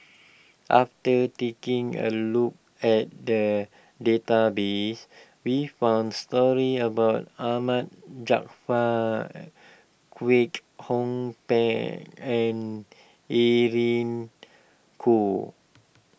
after taking a look at the database we found stories about Ahmad Jaafar Kwek Hong Png and Irene Khong